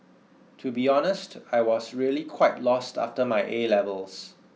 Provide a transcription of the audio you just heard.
to be honest I was really quite lost after my A levels